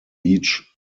each